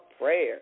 Prayer